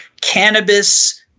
cannabis